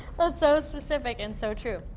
but so specific and so true.